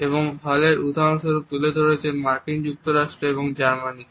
এবং হল এর উদাহরণস্বরূপ তুলে ধরেছেন মার্কিন যুক্তরাষ্ট্র এবং জার্মানিকে